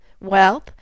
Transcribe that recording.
wealth